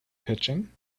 pitching